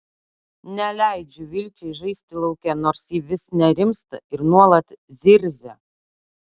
neleidžiu vilčiai žaisti lauke nors ji vis nerimsta ir nuolat zirzia